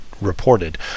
reported